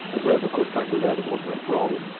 as well as of course trying to learn what went wrong,